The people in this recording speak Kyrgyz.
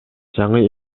жаңы